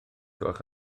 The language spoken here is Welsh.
gwelwch